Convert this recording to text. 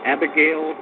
Abigail